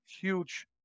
huge